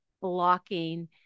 blocking